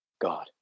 God